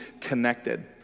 connected